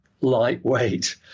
lightweight